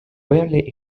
barely